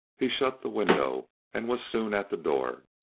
he shut the window and was soon at the door.